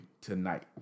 Tonight